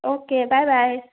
okay bye bye